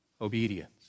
obedience